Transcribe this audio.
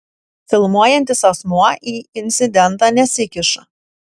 filmuojantis asmuo į incidentą nesikiša